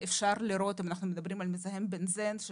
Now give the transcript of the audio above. אם אנחנו מדברים על מזהם בנזן,